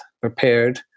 prepared